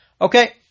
Okay